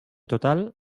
total